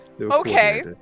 Okay